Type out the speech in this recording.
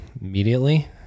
immediately